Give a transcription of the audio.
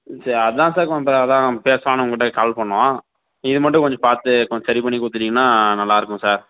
சே அதான் சார் அதான் பேசலானு உங்கள்கிட்ட கால் பண்ணிணோம் இது மட்டும் கொஞ்சம் பார்த்து கொஞ்சம் சரி பண்ணிக் கொடுத்துட்டிங்கனா நல்லாயிருக்கும் சார்